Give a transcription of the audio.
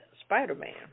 Spider-Man